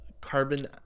carbon